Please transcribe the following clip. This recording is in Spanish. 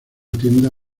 tienda